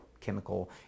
chemical